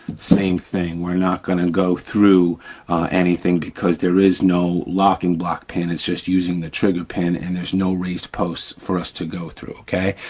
same thing. we're not gonna go through anything because there is no locking block pin, it's just using the trigger pin and there's no raised posts for us to go through, okay.